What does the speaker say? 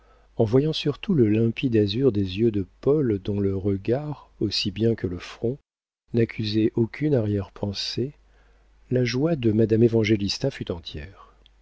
en voyant surtout le limpide azur des yeux de paul dont le regard aussi bien que le front n'accusait aucune arrière-pensée la joie de madame évangélista fut entière